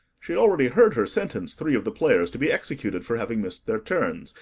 she had already heard her sentence three of the players to be executed for having missed their turns,